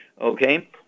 okay